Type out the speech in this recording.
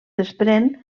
desprén